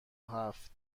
هفت